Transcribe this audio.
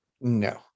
No